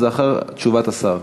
זה אחרי תשובת השר,